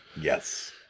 Yes